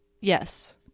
Yes